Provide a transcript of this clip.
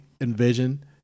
envision